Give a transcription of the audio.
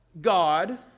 God